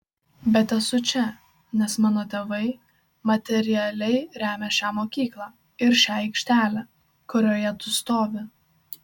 bet esu čia nes mano tėvai materialiai remia šią mokyklą ir šią aikštelę kurioje tu stovi